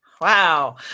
Wow